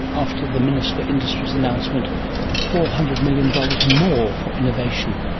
after the minister for industry's announcement of four hundred million dollars more for innovation,